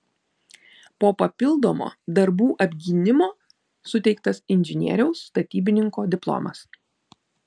po papildomo darbų apgynimo suteiktas inžinieriaus statybininko diplomas